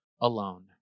alone